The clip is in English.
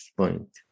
point